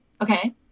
Okay